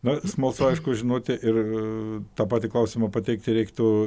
na smalsu aišku žinoti ir tą patį klausimą pateikti reiktų